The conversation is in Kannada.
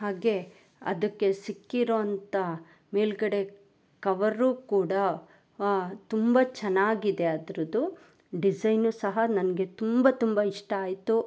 ಹಾಗೆ ಅದಕ್ಕೆ ಸಿಕ್ಕಿರೊವಂಥ ಮೇಲುಗಡೆ ಕವರು ಕೂಡ ತುಂಬ ಚೆನ್ನಾಗಿದೆ ಅದ್ರದ್ದು ಡಿಝೈನು ಸಹ ನನಗೆ ತುಂಬ ತುಂಬ ಇಷ್ಟ ಆಯಿತು